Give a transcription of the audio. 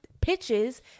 pitches